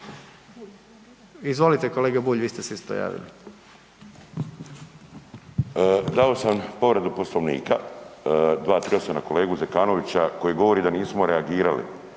Izvolite kolega Bulj, vi ste se isto javili. **Bulj, Miro (MOST)** Dao sam povredu Poslovnika, 238., na kolegu Zekanovića koji govori da nismo reagirali.